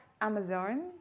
Amazon